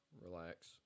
Relax